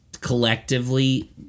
Collectively